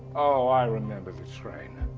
oh, i remember the train!